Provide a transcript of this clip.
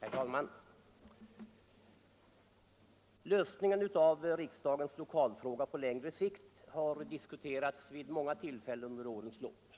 Herr talman! Lösningen av riksdagens lokalfråga på längre sikt har diskuterats vid många tillfällen under årens lopp,